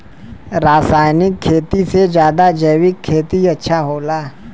रासायनिक खेती से ज्यादा जैविक खेती अच्छा होला